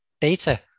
data